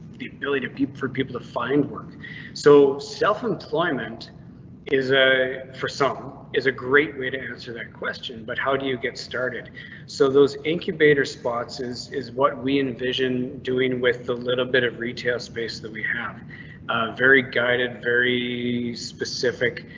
the ability to people for people to find work so self employment is a for some is a great way to answer that question. but how do you get started so those incubators? spots is is what we envision doing with the little bit of retail space that we have very guided, very specific.